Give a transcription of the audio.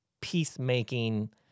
peacemaking